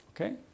Okay